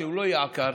שהוא לא יהיה עקר,